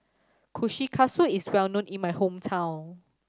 Kushikatsu is well known in my hometown